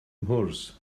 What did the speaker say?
mhwrs